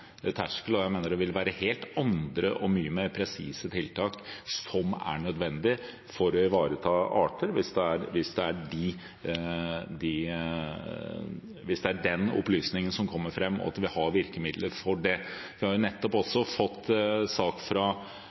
Det vil være helt andre og mye mer presise tiltak som er nødvendig for å ivareta arter, hvis det er den opplysningen som kommer fram, og vi har virkemidler for det. Vi har nettopp fått en sak fra